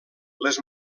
les